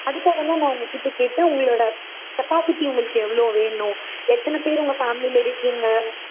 அதுக்காகதான் நான் உங்கள்கிட்ட கேட்டேன் உங்களோட கெப்பாசிட்டி உங்களுக்கு எவ்வளோ வேணும் எத்தனை பேர் உங்கள் ஃபேம்லியில் இருக்கீங்க